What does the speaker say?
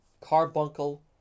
carbuncle